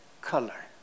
color